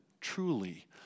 truly